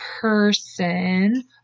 person